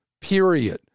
period